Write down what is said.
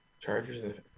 Chargers